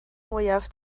mwyaf